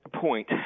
point